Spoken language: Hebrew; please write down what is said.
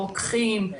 רוקחים,